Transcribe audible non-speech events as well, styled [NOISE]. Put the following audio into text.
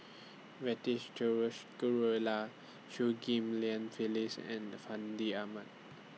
[UNINTELLIGIBLE] Ghariwala Chew Ghim Lian Phyllis and The Fandi Ahmad